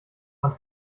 man